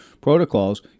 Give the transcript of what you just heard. protocols